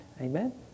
amen